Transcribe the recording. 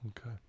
Okay